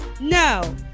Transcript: No